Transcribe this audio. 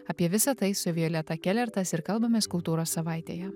apie visa tai su violeta kelertas ir kalbamės kultūros savaitėje